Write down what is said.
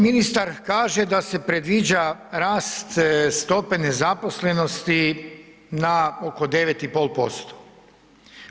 Ministar kaže da se predviđa rast stope nezaposlenosti na oko 9,5%